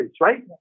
right